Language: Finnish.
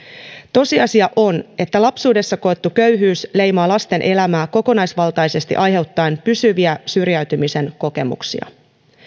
tosiasia on että lapsuudessa koettu köyhyys leimaa lasten elämää kokonaisvaltaisesti aiheuttaen pysyviä syrjäytymisen kokemuksia